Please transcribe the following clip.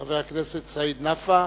חבר הכנסת סעיד נפאע.